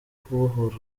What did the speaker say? kubohora